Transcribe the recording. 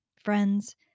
friends